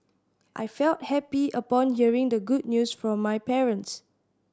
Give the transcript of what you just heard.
I felt happy upon hearing the good news from my parents